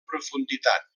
profunditat